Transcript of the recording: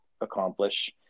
accomplish